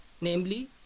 namely